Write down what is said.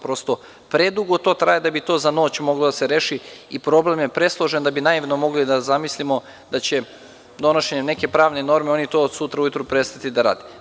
Prosto, predugo to traje da bi za noć moglo da se reši i problem je presložen da bi naivno mogli da zamislimo da će donošenjem neke pravne norme oni to od sutra ujutru prestati da rade.